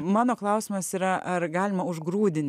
mano klausimas yra ar galima užgrūdin